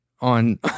on